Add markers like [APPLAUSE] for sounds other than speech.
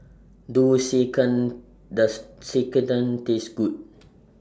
Do [UNINTELLIGIBLE] Does [UNINTELLIGIBLE] Taste Good